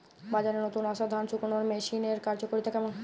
বাজারে নতুন আসা ধান শুকনোর মেশিনের কার্যকারিতা কেমন?